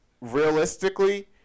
realistically